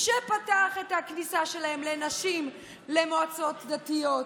שפתח את הכניסה של נשים למועצות דתיות,